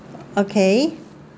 okay